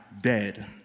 dead